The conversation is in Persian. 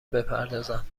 بپردازند